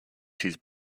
his